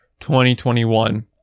2021